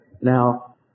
Now